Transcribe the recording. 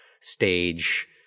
stage